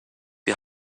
die